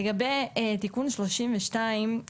לגבי תיקון 32,